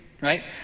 right